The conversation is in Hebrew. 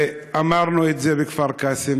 ואמרנו את זה בכפר-קאסם,